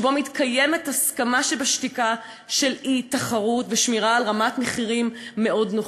שבו מתקיימת הסכמה שבשתיקה של אי-תחרות ושמירה על רמת מחירים מאוד נוחה.